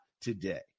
today